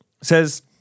says